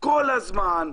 כל הזמן,